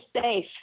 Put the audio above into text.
safe